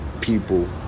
people